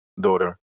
daughter